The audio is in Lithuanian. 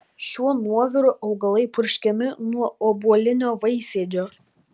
šiuo nuoviru augalai purškiami nuo obuolinio vaisėdžio